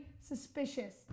suspicious